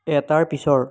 এটাৰ পিছৰ